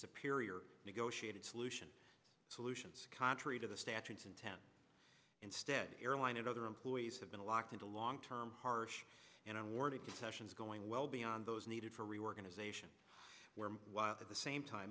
superior negotiated solution solutions contrary to the statutes intent instead airline and other employees have been locked into long term harsh and unwarranted concessions going well beyond those needed for reorganization while at the same time